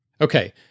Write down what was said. Okay